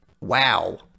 wow